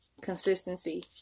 consistency